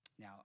Now